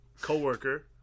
co-worker